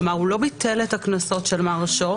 כלומר הוא לא ביטל את הקנסות של מר שור